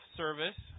service